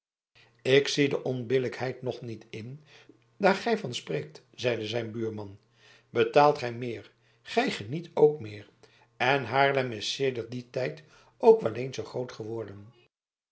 ik zie de onbillijkheid nog niet in daar gij van spreekt zeide zijn buurman betaalt gij meer gij geniet ook meer en haarlem is sedert dien tijd ook wel eens zoo groot geworden